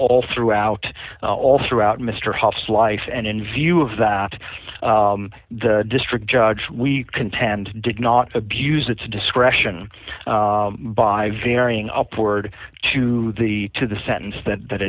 all throughout all throughout mr haas life and in view of that the district judge we contend did not abused its discretion by varying upward to the to the sentence that